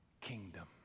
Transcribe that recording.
kingdom